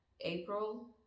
April